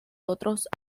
otros